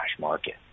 market